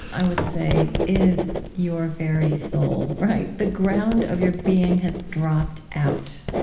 i would say, is your very soul, right? the ground of your being has dropped out.